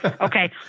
okay